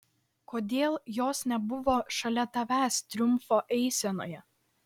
kodėl jos nebuvo šalia tavęs triumfo eisenoje